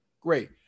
Great